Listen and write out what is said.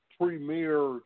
premier